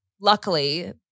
luckily